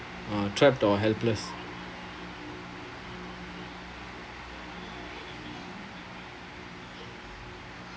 uh trapped or helpless